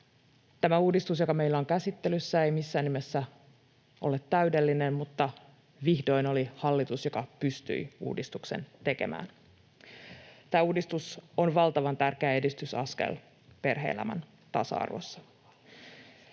Tämä uudistus, joka meillä on käsittelyssä, ei missään nimessä ole täydellinen, mutta vihdoin oli hallitus, joka pystyi uudistuksen tekemään. Tämä uudistus on valtavan tärkeä edistysaskel perhe-elämän tasa-arvossa.